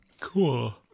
cool